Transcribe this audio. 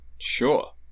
Sure